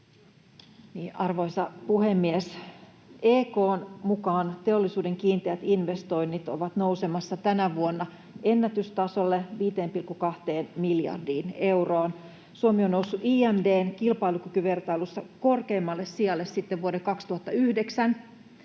Arvoisa puhemies! EK:n mukaan teollisuuden kiinteät investoinnit ovat nousemassa tänä vuonna ennätystasolle, 5,2 miljardiin euroon. Suomi on noussut IMD:n kilpailukykyvertailussa korkeimmalle sijalle sitten vuoden 2009,